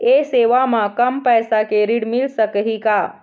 ये सेवा म कम पैसा के ऋण मिल सकही का?